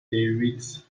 david’s